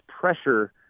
pressure